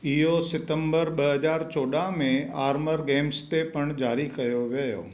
इहो सितंबर ॿ हज़ार चोॾहं में आर्मर गेम्स ते पिण जारी कयो वियो